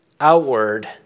outward